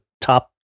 top